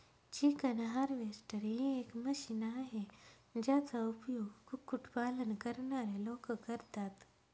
chicken harvester ही एक machine आहे, ज्याचा उपयोग कुक्कुट पालन करणारे लोक करतात